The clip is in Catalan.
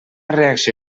reacció